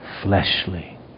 fleshly